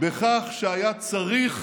בכך שהיה צריך